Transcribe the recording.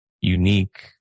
unique